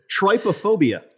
trypophobia